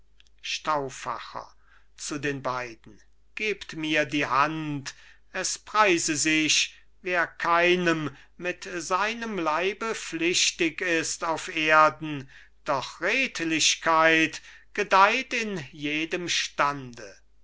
zu den beiden gebt mir die hand es preise sich wer keinem mit seinem leibe pflichtig ist auf erden doch redlichkeit gedeiht in jedem stande